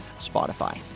Spotify